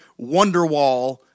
Wonderwall